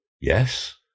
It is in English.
yes